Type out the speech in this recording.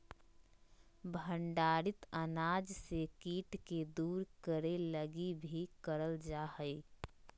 भंडारित अनाज से कीट के दूर करे लगी भी करल जा हइ